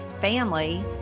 family